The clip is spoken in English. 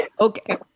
Okay